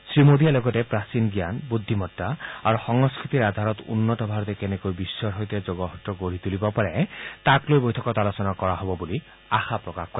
শ্ৰীমোদীয়ে লগতে প্ৰাচীন জ্ঞান আৰু বুদ্ধিমত্তা আৰু সংস্কৃতিৰ আধাৰত উন্নত ভাৰতে কেনেকৈ বিশ্বৰ সৈতে যোগসূত্ৰ গঢ়ি তুলিব পাৰে তাক লৈ আলোচনা কৰা হ'ব বুলি আশা প্ৰকাশ কৰে